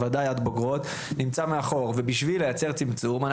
אבל בוודאי ביחס לתקציב הספורט הזעום שלנו,